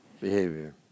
behavior